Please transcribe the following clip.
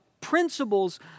principles